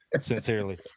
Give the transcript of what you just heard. Sincerely